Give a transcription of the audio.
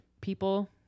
people